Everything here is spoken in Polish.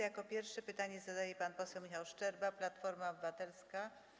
Jako pierwszy pytanie zadaje pan poseł Michał Szczerba, Platforma Obywatelska.